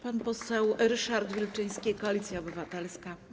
Pan poseł Ryszard Wilczyński, Koalicja Obywatelska.